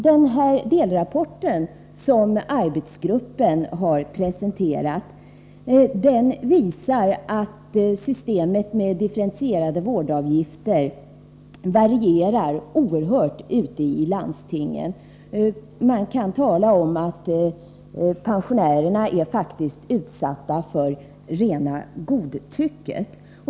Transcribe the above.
Den delrapport som arbetsgruppen har presenterat visar att systemet med differentierade vårdavgifter varierar oerhört ute i landstingen. Man kan tala om att pensionärerna faktiskt är utsatta för rena godtycket.